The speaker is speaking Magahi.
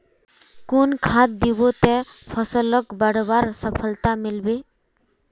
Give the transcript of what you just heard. कुन खाद दिबो ते फसलोक बढ़वार सफलता मिलबे बे?